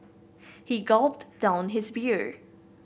he gulped down his beer